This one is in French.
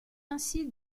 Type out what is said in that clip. ainsi